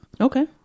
okay